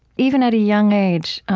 even at a young age,